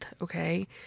Okay